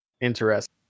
Interesting